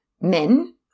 men